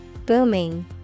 Booming